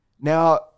Now